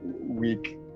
week